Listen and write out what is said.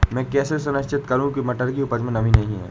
मैं कैसे सुनिश्चित करूँ की मटर की उपज में नमी नहीं है?